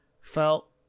Felt